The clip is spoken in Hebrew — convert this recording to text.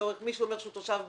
מי שאומר שהוא תושב בלגיה,